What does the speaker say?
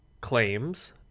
claims